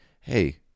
hey